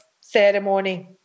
ceremony